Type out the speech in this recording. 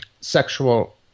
sexual